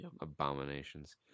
abominations